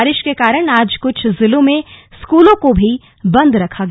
बारिश के कारण आज कुछ ज़िलों में स्कूलों को भी बंद रखा गया